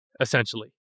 essentially